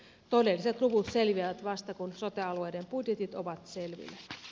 todelliset luvut selviävät vasta kun sote alueiden budjetit ovat selvillä